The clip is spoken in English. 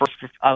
first